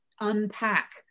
unpack